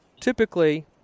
typically